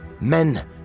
Men